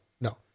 no